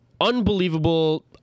Unbelievable